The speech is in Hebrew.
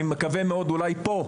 אני מקווה מאוד אולי פה,